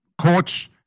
courts